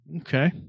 Okay